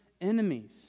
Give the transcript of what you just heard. enemies